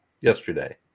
Yesterday